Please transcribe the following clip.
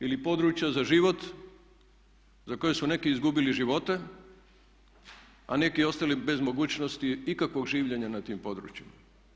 Ili područja za život za koje su neki izgubili živote a neki ostali bez mogućnosti ikakvog življenja na tim područjima.